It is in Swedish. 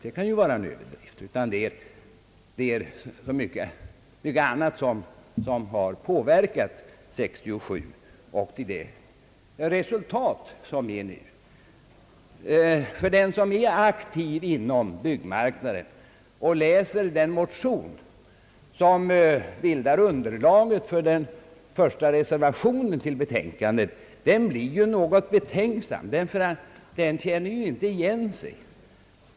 Det är så mycket annat som också påverkat utvecklingen 1967. Den som är aktiv inom byggnadsmarknaden och läser den motion, som bildar underlaget för reservation nr 1 till betänkandet, blir något betänksam för att han inte känner igen sig.